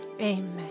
Amen